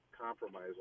compromise